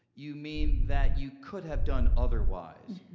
you mean that you could have done otherwise,